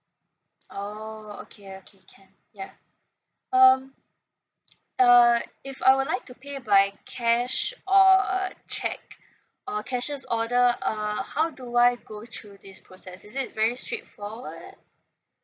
oo okay okay can ya um uh if I would like to pay by cash or a cheque or cashiers order uh how do I go through this process is it very straightforward